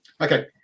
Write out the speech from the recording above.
Okay